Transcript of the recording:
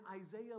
Isaiah